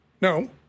No